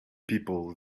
people